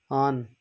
on